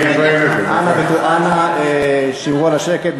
אנא שמרו על השקט.